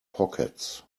pockets